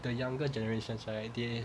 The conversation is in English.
the younger generations right they